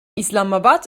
islamabad